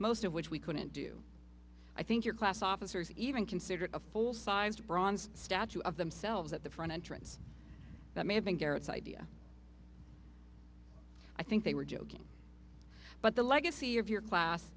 most of which we couldn't do i think your class officers even considered a full sized bronze statue of themselves at the front entrance that may have been carrots idea i think they were joking but the legacy of your class